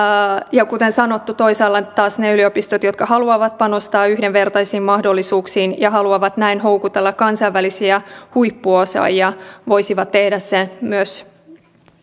ja kuten sanottu toisaalta taas ne yliopistot jotka haluavat panostaa yhdenvertaisiin mahdollisuuksiin ja haluavat näin houkutella kansainvälisiä huippuosaajia voisivat tehdä sen myös